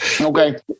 Okay